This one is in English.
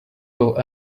will